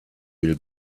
will